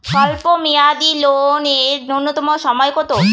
স্বল্প মেয়াদী লোন এর নূন্যতম সময় কতো?